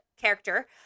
character